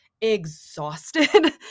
exhausted